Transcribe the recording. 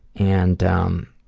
and um,